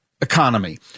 economy